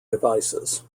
devices